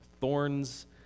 Thorns